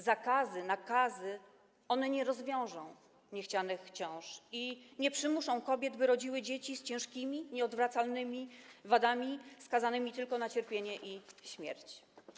Zakazy, nakazy - one nie rozwiążą problemu niechcianych ciąż ani nie przymuszą kobiet, by rodziły dzieci z ciężkimi, nieodwracalnymi wadami, skazane tylko na cierpienie i śmierć.